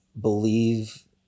believe